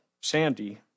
Sandy